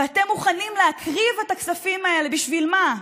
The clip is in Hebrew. ואתם מוכנים להקריב את הכספים האלה, בשביל מה?